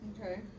Okay